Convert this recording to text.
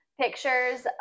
pictures